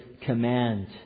command